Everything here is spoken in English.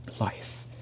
life